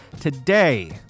Today